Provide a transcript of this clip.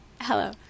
hello